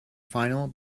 final